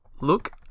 look